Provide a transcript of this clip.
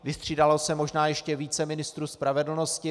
Vystřídalo se možná ještě více ministrů spravedlnosti.